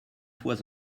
fois